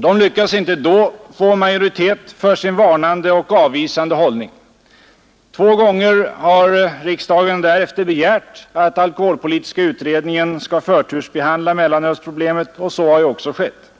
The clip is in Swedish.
De lyckades inte då få majoritet för sin varnande och avvisande hållning. Två gånger har riksdagen därefter begärt att alkoholpolitiska utredningen skall förtursbehandla mellanölsproblemet. Så har också skett.